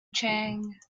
chang